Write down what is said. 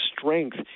strength